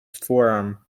forearm